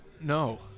No